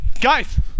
guys